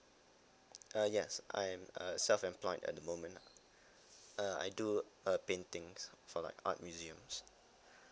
uh yes I'm a self-employed at the moment lah uh I do uh paintings for like art museum